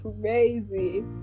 crazy